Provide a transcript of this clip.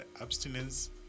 abstinence